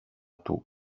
του